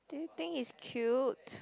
do you think he's cute